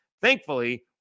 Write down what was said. Thankfully